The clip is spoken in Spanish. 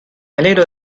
alegro